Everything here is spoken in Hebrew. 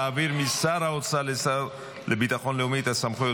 להעביר משר האוצר לשר לביטחון לאומי את הסמכויות